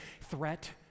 threat